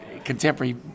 contemporary